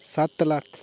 सत्त लक्ख